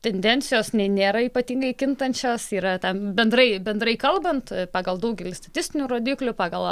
tendencijos ne nėra ypatingai kintančios yra tam bendrai bendrai kalbant pagal daugelį statistinių rodiklių pagal